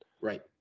Right